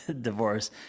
divorce